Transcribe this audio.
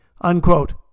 unquote